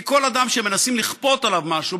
כי כל אדם שמנסים לכפות עליו משהו,